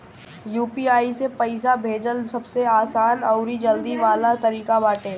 UPI से पईसा भेजल सबसे आसान अउरी जल्दी वाला तरीका बाटे